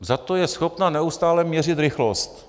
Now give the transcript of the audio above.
Zato je schopna neustále měřit rychlost.